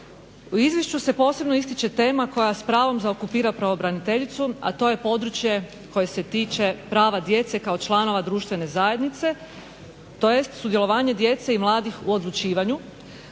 U izvješću se posebno ističe tema koja s pravom okupira pravobraniteljicu, a to je područje koje se tiče prava djece kao članova društvene zajednice tj. sudjelovanje djece i mladih u odlučivanju